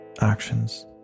actions